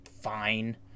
fine